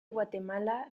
guatemala